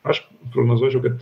aš prognozuočiau kad